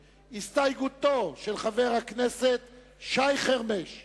לרדת מהסתייגויות שהוא כנראה הבין שהוא לא היה צריך מראש להגיש אותן?